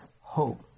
hope